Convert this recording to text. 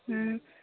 ও